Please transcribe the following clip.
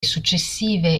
successive